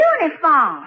uniform